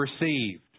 received